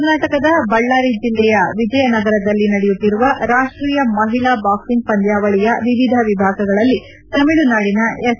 ಕರ್ನಾಟಕದ ಬಳ್ಳಾರಿ ಜಿಲ್ಲೆಯ ವಿಜಯನಗರದಲ್ಲಿ ನಡೆಯುತ್ತಿರುವ ರಾಷ್ಷೀಯ ಮಹಿಳಾ ಬಾಕ್ಲಿಂಗ್ ಪಂದ್ಯಾವಳಿಯ ವಿವಿಧ ವಿಭಾಗಗಳಲ್ಲಿ ತಮಿಳುನಾಡಿನ ಎಸ್